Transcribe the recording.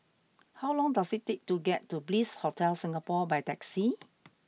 how long does it take to get to Bliss Hotel Singapore by taxi